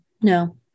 No